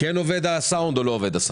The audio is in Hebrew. כן עובד הסאונד או לא עובד.